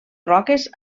roques